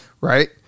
Right